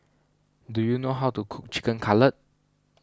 do you know how to cook Chicken Cutlet